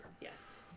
Yes